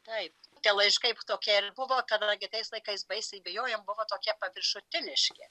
taip tie laiškai tokie ir buvo kadangi tais laikais baisiai bijojom buvo tokie paviršutiniški